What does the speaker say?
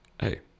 hey